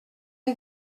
que